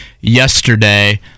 yesterday